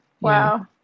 Wow